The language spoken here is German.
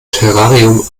terrarium